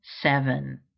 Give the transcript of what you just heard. seven